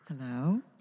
Hello